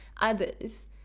others